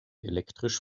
elektrisch